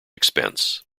expense